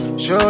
Show